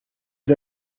the